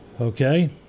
Okay